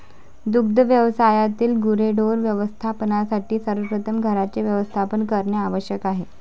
दुग्ध व्यवसायातील गुरेढोरे व्यवस्थापनासाठी सर्वप्रथम घरांचे व्यवस्थापन करणे आवश्यक आहे